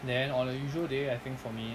then on a usual day I think for me